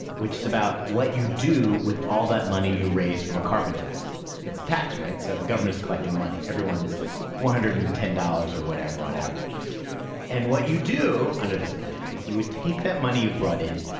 which is about what you do with all that money you raise from a carbon tax. it's a tax, right? so the government is collecting money everyone's four hundred and ten dollars or whatever on average and what you do under this plan is you would take that money you've brought in,